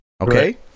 okay